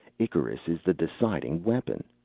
icarus is the deciding weapon.